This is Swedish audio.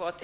Vad